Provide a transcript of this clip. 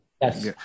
Yes